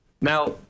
now